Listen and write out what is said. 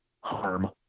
harm